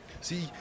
See